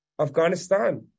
Afghanistan